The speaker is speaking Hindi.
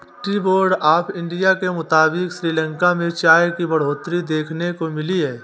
टी बोर्ड ऑफ़ इंडिया के मुताबिक़ श्रीलंका में चाय की बढ़ोतरी देखने को मिली है